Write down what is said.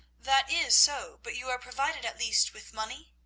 that is so but you are provided at least with money?